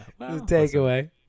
takeaway